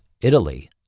Italy